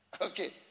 okay